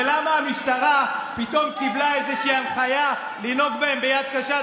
ולמה המשטרה פתאום קיבלה איזושהי הנחיה לנהוג בהם ביד קשה.